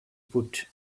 put